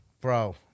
Bro